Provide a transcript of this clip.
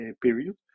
period